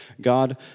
God